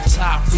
top